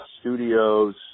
Studios